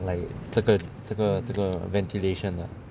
like 这个这个这个 ventilation 的